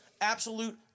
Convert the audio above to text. absolute